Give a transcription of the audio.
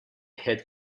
head